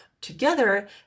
together